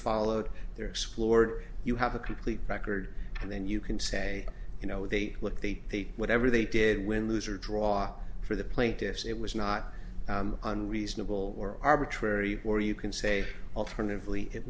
followed their explored you have a complete record and then you can say you know they look they say whatever they did win lose or draw for the plaintiffs it was not unreasonable or arbitrary or you can say alternatively it